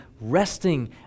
resting